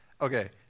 Okay